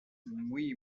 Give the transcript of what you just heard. muy